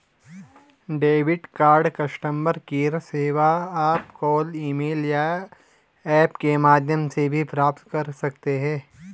debit card customer care सेवा आप call email या ऐप के माध्यम से भी प्राप्त कर सकते हैं